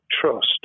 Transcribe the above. trust